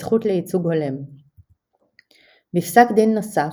הזכות לייצוג הולם בפסק דין נוסף,